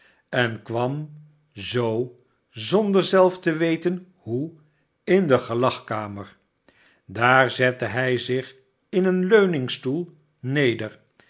en kwam zoo zonder zelf te weten hoe in de gelagkamer daar zette hij zicn m een leunmgstoel neder